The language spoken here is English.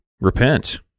repent